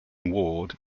ward